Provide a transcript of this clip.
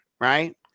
right